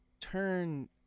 turn